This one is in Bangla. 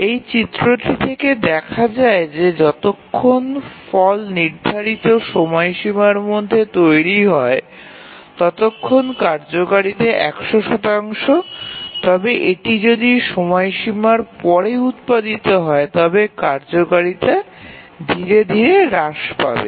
এই চিত্রটি থেকে দেখা যায় যে যতক্ষণ ফল নির্ধারিত সময়সীমার মধ্যে তৈরি হয় ততক্ষণ কার্যকারিতা ১০০ শতাংশ তবে এটি যদি সময়সীমার পরে উৎপাদিত হয় তবে কার্যকারিতা ধীরে ধীরে হ্রাস পাবে